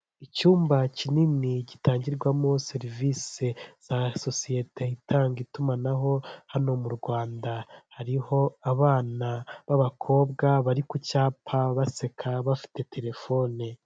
Icyumba kinini gitangirwamo serivisi za sosiyete itanga itumanaho hano mu Rwanda hariho abana b'abakobwa bari ku cyapa baseka bafite telefone.